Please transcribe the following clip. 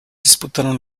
disputaron